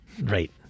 Right